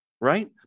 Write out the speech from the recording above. right